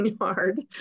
yard